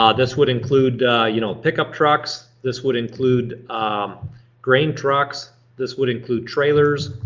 ah this would include you know pickup trucks. this would include um grain trucks. this would include trailers,